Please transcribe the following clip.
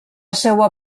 seua